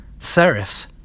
Serifs